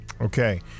Okay